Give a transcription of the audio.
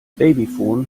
babyphone